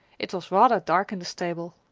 it was rather dark in the stable.